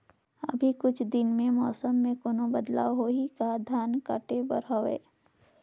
अभी कुछ दिन मे मौसम मे कोनो बदलाव होही का? धान काटे बर हवय?